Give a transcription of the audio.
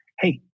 hey